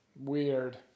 Weird